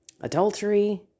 adultery